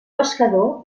pescador